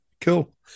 cool